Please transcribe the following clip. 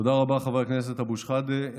תודה רבה, חבר הכנסת אבו שחאדה.